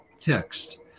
text